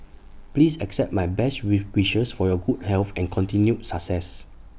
please accept my best wish wishes for your good health and continued success